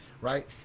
right